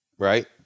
right